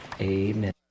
amen